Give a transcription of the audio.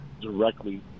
directly